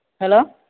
hello